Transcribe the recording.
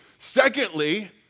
Secondly